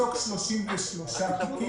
לבדוק 33 תיקים,